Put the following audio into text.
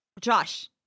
josh